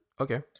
okay